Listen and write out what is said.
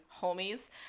homies